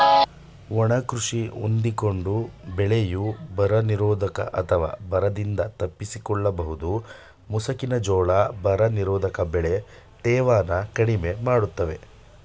ಒಣ ಕೃಷಿ ಹೊಂದಿಕೊಂಡ ಬೆಳೆಯು ಬರನಿರೋಧಕ ಅಥವಾ ಬರದಿಂದ ತಪ್ಪಿಸಿಕೊಳ್ಳಬಹುದು ಮುಸುಕಿನ ಜೋಳ ಬರನಿರೋಧಕ ಬೆಳೆ ತೇವನ ಕಡಿಮೆ ಮಾಡ್ತವೆ